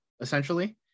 essentially